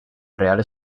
real